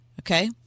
okay